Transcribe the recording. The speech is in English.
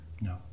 no